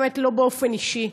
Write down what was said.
באמת לא באופן אישי: